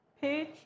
page